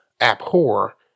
abhor